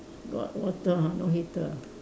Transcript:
got water ah no heater ah